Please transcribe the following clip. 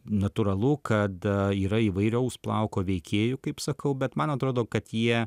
natūralu kad yra įvairaus plauko veikėjų kaip sakau bet man atrodo kad jie